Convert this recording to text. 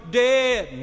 dead